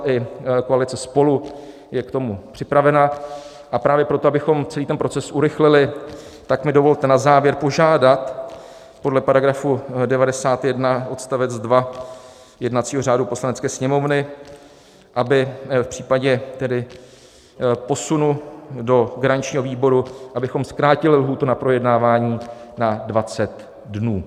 KDUČSL i koalice SPOLU je k tomu připravena, a právě proto, abychom celý ten proces urychlili, mi dovolte na závěr požádat podle § 91 odst. 2 jednacího řadu Poslanecké sněmovny, abychom v případě posunu do garančního výboru zkrátili lhůtu na projednávání na 20 dnů.